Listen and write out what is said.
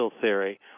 theory